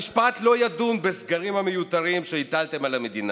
המשפט לא ידון בסגרים המיותרים שהטלתם על המדינה,